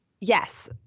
Yes